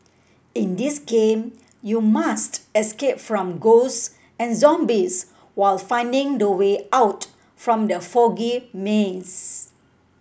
in this game you must escape from ghosts and zombies while finding the way out from the foggy maze